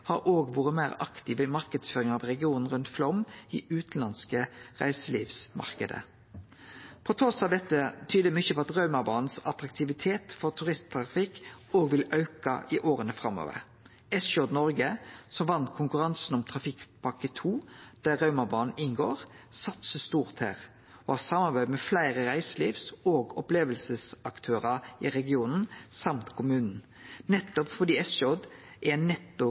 har òg vore meir aktive i marknadsføringa av regionen rundt Flåm i den utanlandske reiselivsmarknaden. Trass i dette tyder mykje på at Raumabanas attraktivitet for turisttrafikk vil auke i åra framover. SJ Norge, som vann konkurransen om Trafikkpakke 2, der Raumabana inngår, satsar stort her og har samarbeid med fleire reiselivs- og opplevingsaktørar i regionen, og med kommunen. Nettopp fordi SJ er